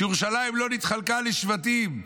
שירושלים לא נתחלקה לשבטים,